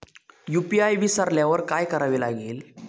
UPI विसरल्यावर काय करावे लागेल?